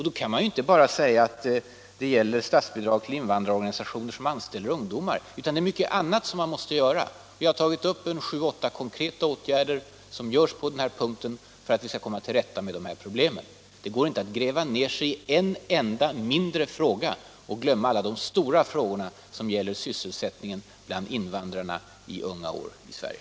Då kan man inte bara tala om statsbidrag till invandrarorganisationer som anställer ungdomar. Det är mycket annat som man måste göra. Jag har räknat upp sju åtta konkreta åtgärder som kan vidtas för att vi skall komma till rätta med dessa problem. Det går inte att gräva ned sig i en enda mindre fråga och glömma alla de stora frågorna som gäller sysselsättningen bland unga invandrare i Sverige.